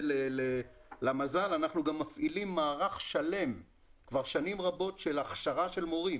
למזל אלא אנחנו גם מפעילים מערך שלם כבר שנים רבות של הכשרה של מורים